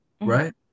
right